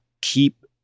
keep